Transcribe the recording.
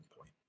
point